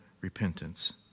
repentance